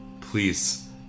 please